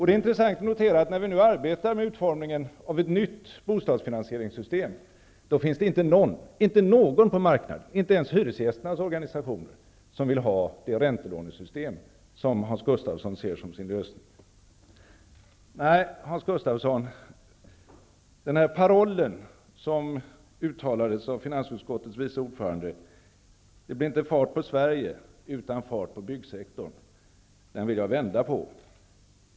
Det är intressant att notera att när vi nu arbetar med utformningen av ett nytt bostadsfinansieringssystem finns det inte någon på marknaden, inte ens hyresgästernas organisationer, som vill ha det räntelånesystem som Hans Gustafsson ser som lösningen. Nej, Hans Gustafsson, den paroll som uttalades av finansutskottets vice ordförande om att det inte blir fart på Sverige utan fart på byggsektorn, vill jag vända på.